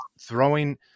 throwing